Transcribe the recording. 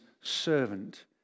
servant